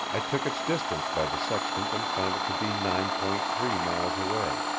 i took its distance by the sextant and found it to be nine point three miles away.